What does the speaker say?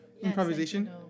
Improvisation